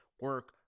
Work